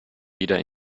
wieder